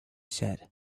said